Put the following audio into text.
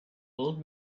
old